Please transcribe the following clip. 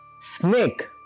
snake